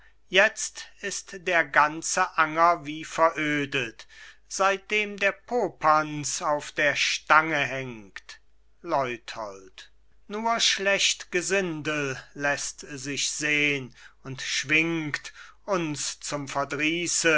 jetzt ist der ganze anger wie verödet seitdem der popanz auf der stange hängt leuthold nur schlecht gesindel lässt sich sehn und schwingt uns zum